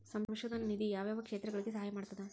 ಸಂಶೋಧನಾ ನಿಧಿ ಯಾವ್ಯಾವ ಕ್ಷೇತ್ರಗಳಿಗಿ ಸಹಾಯ ಮಾಡ್ತದ